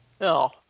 No